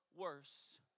worse